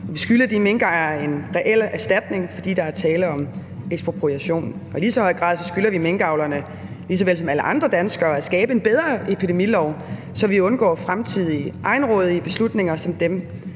Vi skylder de minkejere en reel erstatning, fordi der er tale om ekspropriation. Og i lige så høj grad skylder vi minkavlerne lige såvel som alle andre danskere at skabe en bedre epidemilov, så vi undgår fremtidige egenrådige beslutninger som dem,